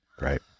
right